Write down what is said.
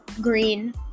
Green